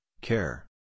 care